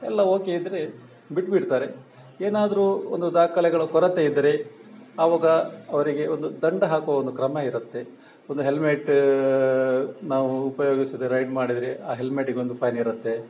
ಎಲ್ಲ ಓಕೆ ಇದ್ದರೆ ಬಿಟ್ಟು ಬಿಡ್ತಾರೆ ಏನಾದರು ಒಂದು ದಾಖಲೆಗಳ ಕೊರತೆ ಇದ್ದರೆ ಆವಾಗ ಅವರಿಗೆ ಒಂದು ದಂಡ ಹಾಕೊ ಒಂದು ಕ್ರಮ ಇರುತ್ತೆ ಒಂದು ಹೆಲ್ಮೆಟ್ ನಾವು ಉಪಯೋಗಿಸದೆ ರೈಡ್ ಮಾಡಿದರೆ ಆ ಹೆಲ್ಮೆಟಿಗೊಂದು ಫೈನ್ ಇರುತ್ತೆ